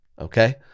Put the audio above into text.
okay